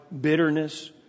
bitterness